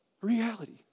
Reality